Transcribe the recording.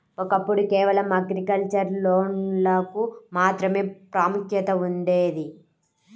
ఒకప్పుడు కేవలం అగ్రికల్చర్ లోన్లకు మాత్రమే ప్రాముఖ్యత ఉండేది